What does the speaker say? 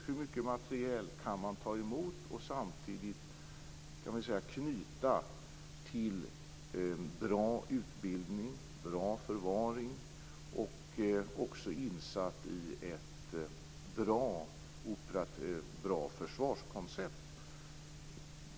Hur mycket materiel kan man ta emot och samtidigt knyta till bra utbildning, bra förvaring och sätta in i ett bra försvarskoncept?